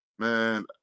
Man